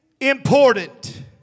important